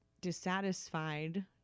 dissatisfied